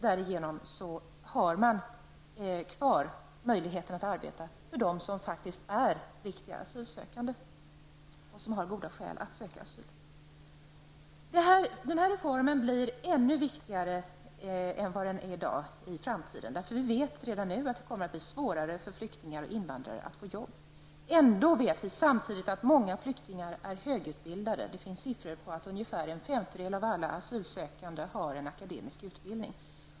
Därmed har man kvar möjligheten att arbeta för dem som faktiskt är asylsökande och har goda skäl för att vara det. Den här reformen blir ännu viktigare i framtiden än den är i dag. Vi vet redan nu att det kommer att bli svårare för flyktingar och invandrare att få jobb. Samtidigt känner vi till att många flyktingar är högutbildade. Siffror visar att ungefär en femtedel av alla asylsökande har akademisk utbildning.